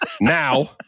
now